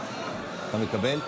אתה מקבל?